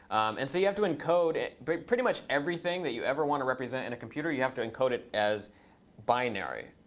and so you have to encode but pretty much everything that you ever want to represent in a computer, you have to encode it as binary,